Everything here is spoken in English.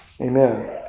Amen